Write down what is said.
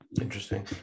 Interesting